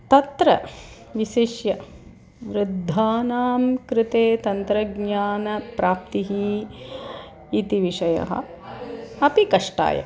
तत्र विशिष्य वृद्धानां कृते तन्त्रज्ञानप्राप्तिः इति विषयः अपि कष्टाय